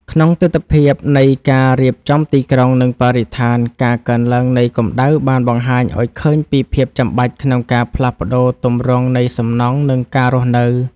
ក្នុងទិដ្ឋភាពនៃការរៀបចំទីក្រុង និងបរិស្ថាន ការកើនឡើងនៃកម្ដៅបានបង្ហាញឱ្យឃើញពីភាពចាំបាច់ក្នុងការផ្លាស់ប្តូរទម្រង់នៃសំណង់ និងការរស់នៅ។